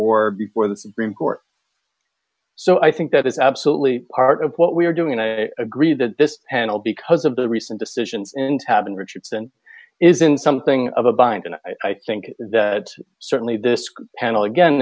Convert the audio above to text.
or before the supreme court so i think that is absolutely part of what we are doing and i agree that this panel because of the recent decisions in tab and richardson is in something of a bind and i think that certainly this panel again